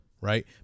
right